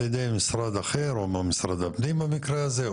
ידי משרד אחר משרד הפנים במקרה הזה,